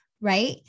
right